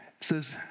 says